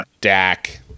Dak